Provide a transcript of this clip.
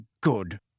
good